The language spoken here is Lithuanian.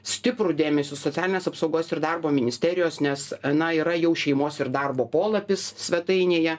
stiprų dėmesį socialinės apsaugos ir darbo ministerijos nes na yra jau šeimos ir darbo polapis svetainėje